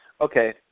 Okay